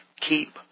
Keep